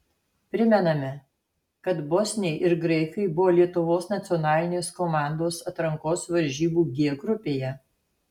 primename kad bosniai ir graikai buvo lietuvos nacionalinės komandos atrankos varžybų g grupėje